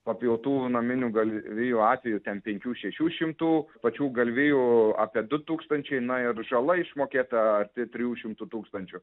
papjautų naminių galvijų atvejų ten penkių šešių šimtų pačių galvijų apie du tūkstančiai na ir žala išmokėta arti trijų šimtų tūkstančių